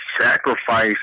sacrifice